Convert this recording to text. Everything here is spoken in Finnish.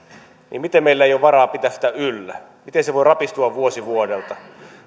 niin meillä ei ole varaa pitää sitä yllä miten se voi rapistua vuosi vuodelta